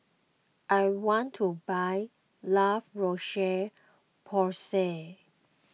I want to buy La Roche Porsay